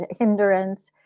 hindrance